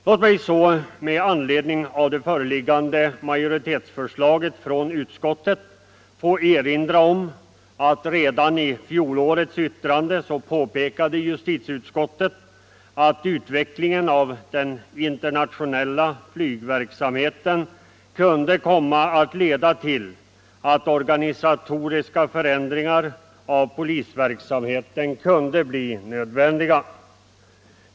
Låt mig så, med anledning av det föreliggande majoritetsförslaget från utskottet, få erinra om att redan i fjolårets yttrande påpekade justitieutskottet att utvecklingen av den internationella flygverksamheten kunde komma att leda till att organisatoriska förändringar av polisverksamheten blev nödvändiga.